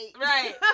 Right